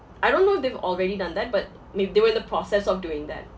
I don't know if they've already done that but maybe they were in the process of doing that